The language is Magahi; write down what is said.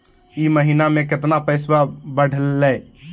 ई महीना मे कतना पैसवा बढ़लेया?